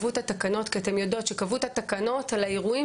אתם יודעים שקבעו את התקנות על האירועים